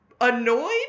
annoyed